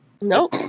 No